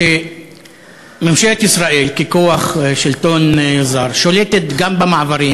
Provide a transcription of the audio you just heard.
שממשלת ישראל ככוח שלטון זר שולטת גם במעברים,